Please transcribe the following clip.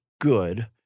good